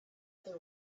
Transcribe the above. other